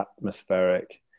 atmospheric